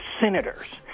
senators